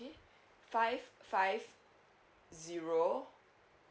okay five five zero